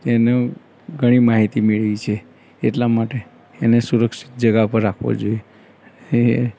તેનું ઘણી માહિતી મેળવી છે એટલા માટે એને સુરક્ષિત જગ્યા પર રાખવો જોઈએ અને એ